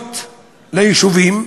כניסות ליישובים,